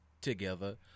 together